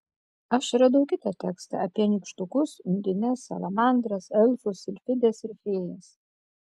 aš radau kitą tekstą apie nykštukus undines salamandras elfus silfides ir fėjas